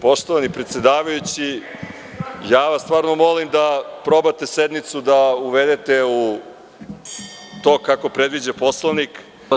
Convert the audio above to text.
Poštovani predsedavajući, stvarno vas molim da probate sednicu da uvedete u tok kako predviđa Poslovnik.